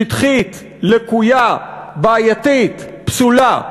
שטחית, לקויה, בעייתית, פסולה.